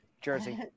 Jersey